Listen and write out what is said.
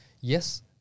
yes